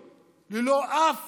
ללא כל שינוי,